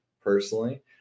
personally